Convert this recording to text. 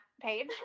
page